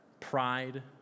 pride